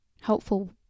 helpful